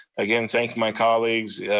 again, thanking my colleagues. yeah